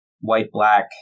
white-black